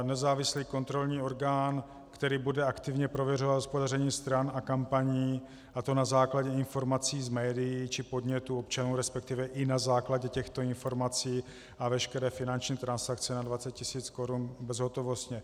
Nezávislý kontrolní orgán, který bude aktivně prověřovat hospodaření stran a kampaní, a to na základě informací z médií či podnětů občanů, respektive i na základě těchto informací, a veškeré finanční transakce nad 20 tisíc korun bezhotovostně.